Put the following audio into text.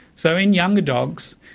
so in younger dogs,